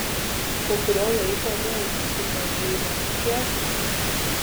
po kurio laiko vėl žąsiukai ateina mokėk